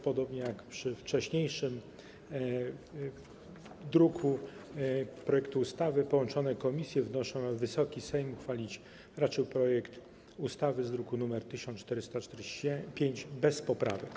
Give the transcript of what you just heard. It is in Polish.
Podobnie jak w przypadku wcześniejszego projektu ustawy połączone komisji wnoszą, aby Wysoki Sejm uchwalić raczył projekt ustawy z druku nr 1445 bez poprawek.